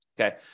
okay